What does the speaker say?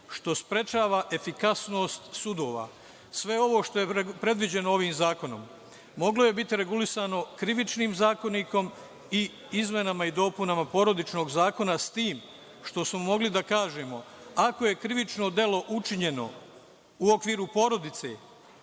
što sprečava efikasnost sudova. Sve ovo što je predviđeno ovim zakonom moglo je biti regulisano Krivičnim zakonikom i izmenama i dopunama Porodičnog zakona, s tim što smo mogli da kažemo – ako je krivično delo učinjeno u okviru porodice,